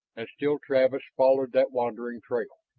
and still travis followed that wandering trail.